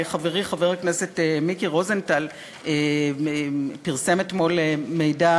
חברי חבר הכנסת מיקי רוזנטל פרסם אתמול מידע